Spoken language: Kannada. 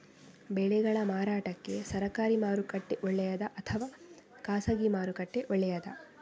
ಬೆಳೆಗಳ ಮಾರಾಟಕ್ಕೆ ಸರಕಾರಿ ಮಾರುಕಟ್ಟೆ ಒಳ್ಳೆಯದಾ ಅಥವಾ ಖಾಸಗಿ ಮಾರುಕಟ್ಟೆ ಒಳ್ಳೆಯದಾ